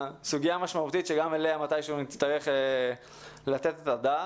משמעותית שגם אליה נצטרך מתישהו לתת את הדעת.